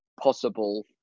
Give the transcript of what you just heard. possible